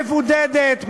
מבודדת,